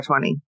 20